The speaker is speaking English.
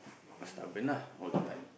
stubborn lah all the time